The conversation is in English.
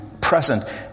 present